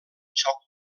xoc